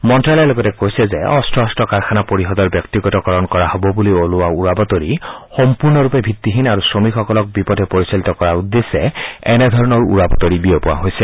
মন্ত্যালয়ে লগতে কৈছে যে অস্ত্ৰ শস্ত্ৰ কাৰখানা পৰিষদৰ ব্যক্তিগতকৰণ কৰা হ'ব বুলি ওলোৱা উৰা বাতৰি সম্পূৰ্ণৰূপে ভিত্তিহীন আৰু শ্ৰমিকসকলক বিপথে পৰিচালিত কৰাৰ উদ্দেশ্যে এনেধৰণৰ উৰাবাতৰি বিয়পোৱা হৈছে